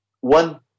one